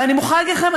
ואני מוכרחה להגיד לכם,